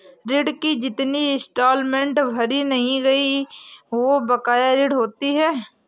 ऋण की जितनी इंस्टॉलमेंट भरी नहीं गयी वो बकाया ऋण होती है